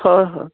হয় হয়